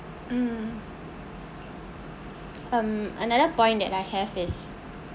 mm um another point that I have is